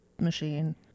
machine